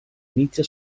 inizia